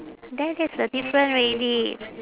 there that's the different already